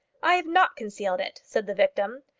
i have not concealed it, said the victim.